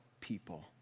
people